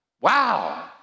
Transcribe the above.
Wow